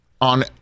on